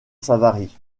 savary